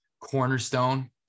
Cornerstone